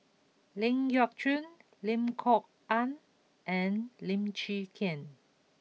Ling Geok Choon Lim Kok Ann and Lim Chwee Chian